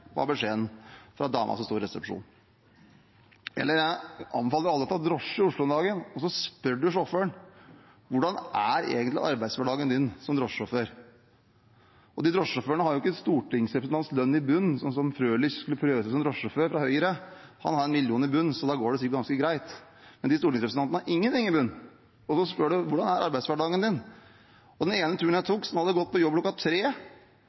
var beskjeden fra dama som stod i resepsjonen. Jeg anbefaler alle å ta drosje i Oslo om dagen og spørre sjåføren: Hvordan er egentlig arbeidshverdagen din som drosjesjåfør? De drosjesjåførene har jo ikke en stortingsrepresentants lønn i bunnen – representanten Frølich fra Høyre skulle prøve seg som drosjesjåfør, han har en million i bunnen, så da går det sikkert ganske greit. Men drosjesjåførene har ingenting i bunnen. Spør så: Hvordan er arbeidshverdagen din? Én tur tok jeg hos en som hadde gått på jobb